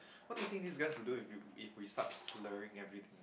what do you think this guy will do if we if we start slurring everything